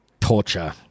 torture